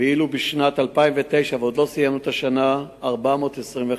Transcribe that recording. ואילו ב-2009, ועדיין לא סיימנו את השנה, נפתחו